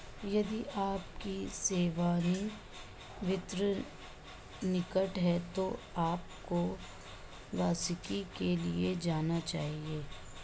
यदि आपकी सेवानिवृत्ति निकट है तो आपको वार्षिकी के लिए जाना चाहिए